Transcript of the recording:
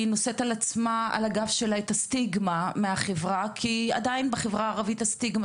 היא נושאת על גבה את הסטיגמה מן החברה כי עדיין בחברה הערבית הסטיגמה